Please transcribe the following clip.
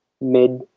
mid